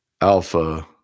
alpha